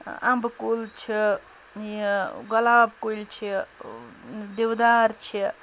اَمبہٕ کُل چھِ یہِ گۄلاب کُلۍ چھِ دِودار چھِ